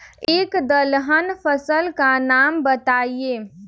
एक दलहन फसल का नाम बताइये